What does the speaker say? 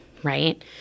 right